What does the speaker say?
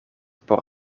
por